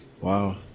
Wow